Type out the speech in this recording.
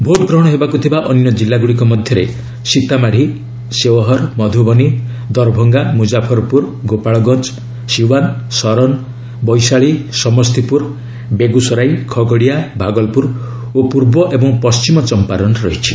vote ଗ୍ରହଣ ହେବାକୁ ଥିବା ଅନ୍ୟ ଜିଲ୍ଲାଗୁଡ଼ିକ ମଧ୍ୟମରେ ସୀତାମାଢ଼ି ଶେଓହର୍ ମଧୁବନୀ ଦର୍ଭଙ୍ଗା ମୁଜାଫର୍ପୁର ଗୋପାଳଗଞ୍ଜ ସିଓ୍ୱାନ୍ ସରନ୍ ବୈଶାଳୀ ସମସ୍ତିପୁର ବେଗୁସରାଇ ଖଗଡ଼ିଆ ଭାଗଲପୁର ଓ ପୂର୍ବ ଏବଂ ପଶ୍ଚିମ ଚମ୍ପାରନ୍ ରହିଛି